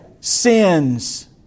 sins